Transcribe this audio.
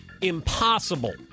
impossible